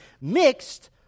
mixed